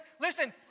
Listen